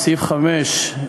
בסעיף 5,